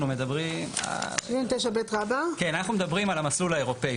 אנחנו מדברים על המסלול האירופי.